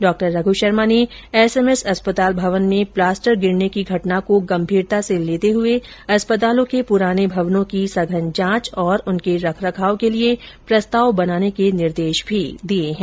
डॉ रघु शर्मा ने एसएमएस अस्पताल भवन में प्लास्टर गिरने की घटना को गंभीरता से लेते हुए अस्पतालों के पुराने भवनों की सघन जांच और उनके रखरखाव के लिए प्रस्ताव बनाने के निर्देश भी दिए हैं